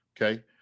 okay